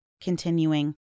continuing